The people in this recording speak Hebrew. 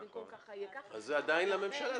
ובמקום ככה יהיה ככה --- אז זה עדיין לממשלה.